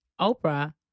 oprah